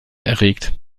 erregt